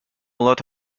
lot